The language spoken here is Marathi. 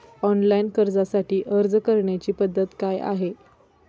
ऑनलाइन कर्जासाठी अर्ज करण्याची पद्धत काय आहे?